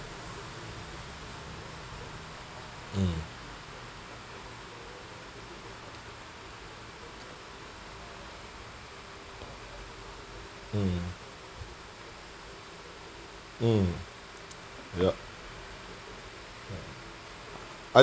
hmm hmm hmm yup I